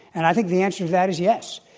and i think the answer to that is yes.